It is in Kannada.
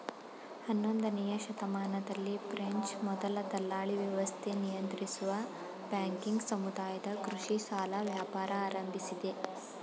ಹನ್ನೊಂದನೇಯ ಶತಮಾನದಲ್ಲಿ ಫ್ರೆಂಚ್ ಮೊದಲ ದಲ್ಲಾಳಿವ್ಯವಸ್ಥೆ ನಿಯಂತ್ರಿಸುವ ಬ್ಯಾಂಕಿಂಗ್ ಸಮುದಾಯದ ಕೃಷಿ ಸಾಲ ವ್ಯಾಪಾರ ಆರಂಭಿಸಿದೆ